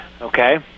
Okay